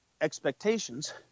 expectations